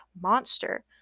monster